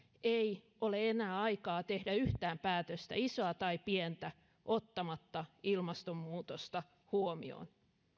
ei ole enää aikaa tehdä yhtään päätöstä isoa tai pientä ottamatta ilmastonmuutosta huomioon